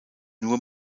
nur